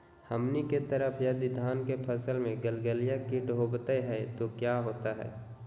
हमनी के तरह यदि धान के फसल में गलगलिया किट होबत है तो क्या होता ह?